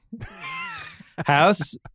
House